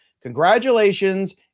congratulations